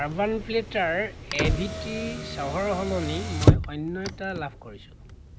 urban প্লেটাৰ A V T চাহৰ সলনি মই অন্য এটা লাভ কৰিছোঁ